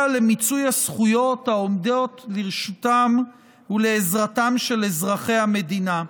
למיצוי הזכויות העומדות לרשותם ולעזרתם של אזרחי המדינה.